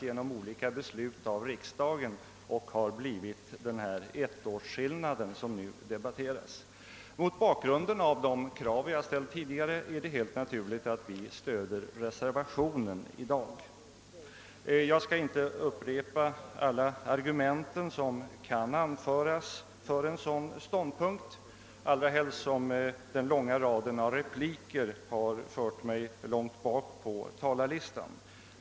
Genom olika beslut av riksdagen har skillnaden reducerats och blivit den ettårsskillnad som nu debatteras. Mot bakgrund av de krav vi har ställt tidigare är det helt naturligt att vi i dag stöder reservationen. Jag skall inte upprepa alla de argument som kan anföras för en sådan ståndpunkt, allra helst som den långa raden av repliker fört mig långt ned på talarlistan.